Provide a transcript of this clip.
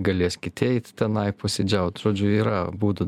galės kiti eit tenai posėdžiaut žodžiu yra būdų